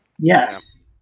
yes